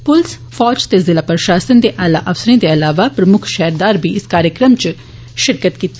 plus फौज ते जिला प्रशासन दे आला अफसरें दे अलावा प्रमुक्ख शैहरदारे बी इस कार्यक्रम च शिरकत कीती